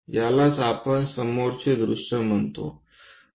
यालाच आपण समोरचे दृश्य म्हणतो